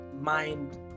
mind